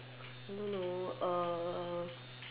I don't know uh